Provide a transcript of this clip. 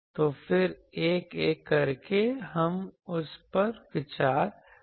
तो फिर एक एक करके हम उस पर विचार करेंगे